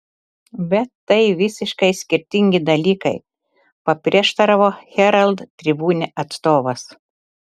bet tai visiškai skirtingi dalykai paprieštaravo herald tribune atstovas